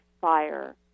fire